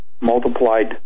multiplied